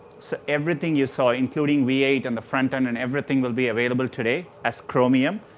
so everything you saw, including v eight, and the front end, and everything will be available today as chromium.